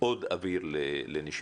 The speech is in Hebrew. עוד אוויר לנשימה.